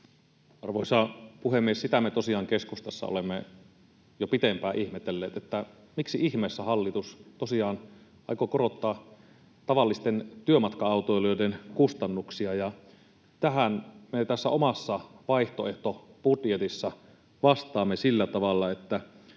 Arvoisa puhemies! Sitä me tosiaan keskustassa olemme jo pitempään ihmetelleet, miksi ihmeessä hallitus aikoo korottaa tavallisten työmatka-autoilijoiden kustannuksia. Tähän me tässä omassa vaihtoehtobudjetissa vastaamme sillä tavalla, että